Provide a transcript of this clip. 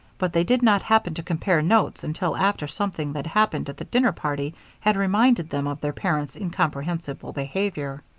but they did not happen to compare notes until after something that happened at the dinner party had reminded them of their parents' incomprehensible behavior.